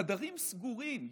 חדרים סגורים,